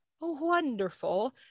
wonderful